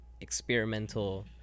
experimental